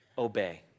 obey